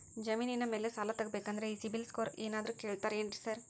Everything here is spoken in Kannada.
ಜಮೇನಿನ ಮ್ಯಾಲೆ ಸಾಲ ತಗಬೇಕಂದ್ರೆ ಈ ಸಿಬಿಲ್ ಸ್ಕೋರ್ ಏನಾದ್ರ ಕೇಳ್ತಾರ್ ಏನ್ರಿ ಸಾರ್?